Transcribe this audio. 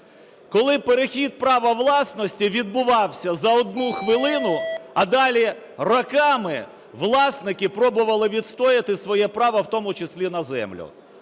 коли перехід права власності відбувався за одну хвилину, а далі роками власники пробували відстояти своє право, в тому числі на землю.